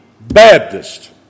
Baptist